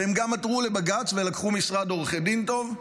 והם גם עתרו לבג"ץ, ולקחו משרד עורכי דין טוב,